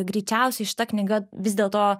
greičiausiai šita knyga vis dėlto